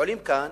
עולים כאן